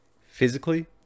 Physically